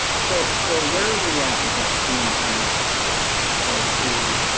so so where are we at with that two and a half or two